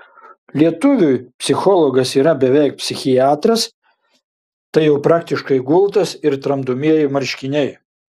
lietuviui psichologas yra beveik psichiatras tai jau praktiškai gultas ir tramdomieji marškiniai